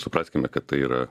supraskime kad tai yra